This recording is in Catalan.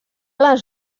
les